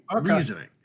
reasoning